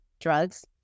drugs